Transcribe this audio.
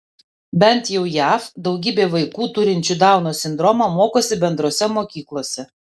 bent jau jav daugybė vaikų turinčių dauno sindromą mokosi bendrose mokyklose